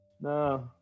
No